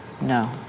No